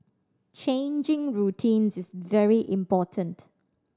changing routines is very important